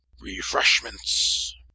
REFRESHMENTS